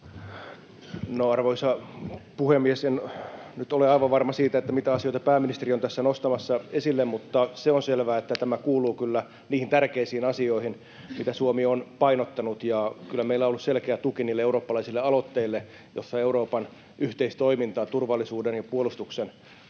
arvoisa puhemies, en nyt ole aivan varma siitä, mitä asioita pääministeri on tässä nostamassa esille, mutta se on selvää, että tämä kuuluu kyllä niihin tärkeisiin asioihin, mitä Suomi on painottanut, ja kyllä meillä on ollut selkeä tuki niille eurooppalaisille aloitteille, joissa Euroopan yhteistoimintaa turvallisuuden ja puolustuksen